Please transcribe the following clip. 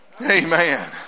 Amen